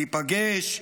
להיפגש,